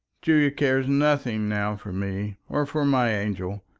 julia cares nothing now for me, or for my angel.